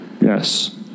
Yes